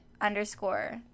underscore